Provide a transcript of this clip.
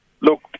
Look